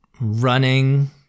running